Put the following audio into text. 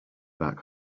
back